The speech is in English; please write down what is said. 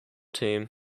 team